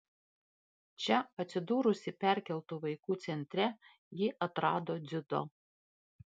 čia atsidūrusi perkeltų vaikų centre ji atrado dziudo